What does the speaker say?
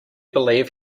believe